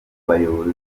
bayobozi